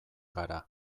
gara